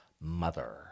mother